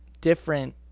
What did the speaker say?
different